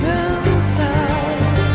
inside